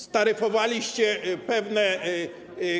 Staryfowaliście pewne